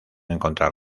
encontrar